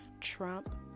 Trump